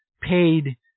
paid